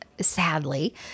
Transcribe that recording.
sadly